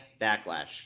Backlash